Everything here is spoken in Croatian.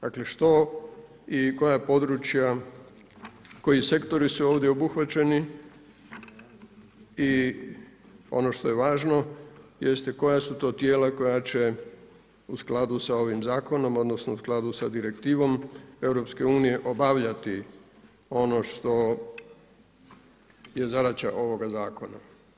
Dakle, što i koja područja, koji sektori su ovdje obuhvaćeni i ono što je važno, jeste koja su to tijela koja će u skladu sa ovim Zakonom odnosno u skladu sa Direktivnom EU obavljati ono što je zadaća ovoga Zakona.